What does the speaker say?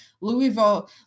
Louisville